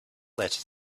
letter